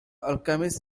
alchemist